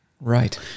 Right